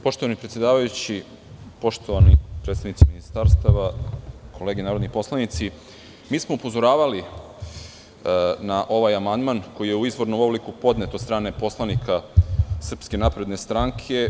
Poštovani predsedavajući, poštovani predstavnici ministarstava, kolege narodni poslanici, mi smo upozoravali na ovaj amandman koji je u izvornom obliku podnet od strane poslanika SNS.